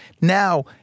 Now